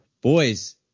boys